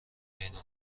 پیدا